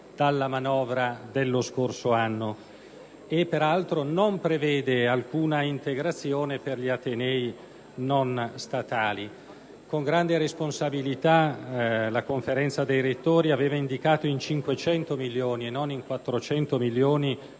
dalla manovra dello scorso anno; peraltro, non prevede alcuna integrazione per gli atenei non statali. Con grande responsabilità la Conferenza dei rettori aveva indicato in 500 milioni - e non in 400 milioni